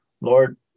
Lord